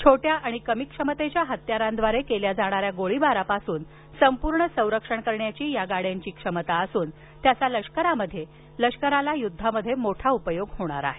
छोट्या आणि कमी क्षमतेच्या हत्यारांद्वारे केल्याजाणाऱ्या गोळीबारापासून पूर्ण संरक्षण करण्याची या गाड्यांची क्षमता असून त्याचा लष्कराला युद्धामध्ये मोठा उपयोग होणार आहे